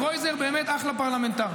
קרויזר באמת אחלה פרלמנטר,